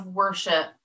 worship